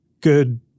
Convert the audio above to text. good—